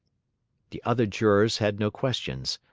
the other jurors had no questions.